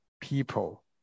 people